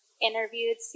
interviewed